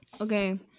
Okay